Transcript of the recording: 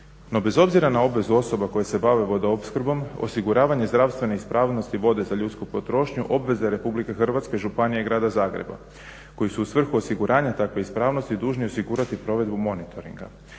No bez obzira na obvezu osoba koje se bave vodoopskrbom osiguravanje zdravstvene ispravnosti vode za ljudsku potrošnju, obveze Republike Hrvatske, županije i Grada Zagreba koji su u svrhu osiguranja takve ispravnosti dužni osigurati provedbu monitoringa